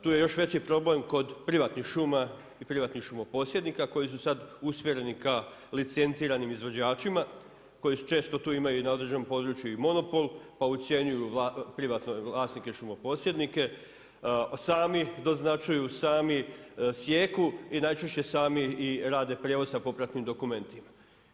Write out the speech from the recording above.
Tu je još veći problem kod privatnih šuma i privatnih šumoposjednika koji su sada usmjereni ka licenciranim izvođačima koji često tu imaju i na određenom području i monopol pa ucjenjuju privatne vlasnike, šumoposjednike, sami doznačuju, sami sijeku i najčešće sami i rade prijevoz sa popratnim dokumentima.